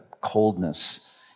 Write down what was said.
coldness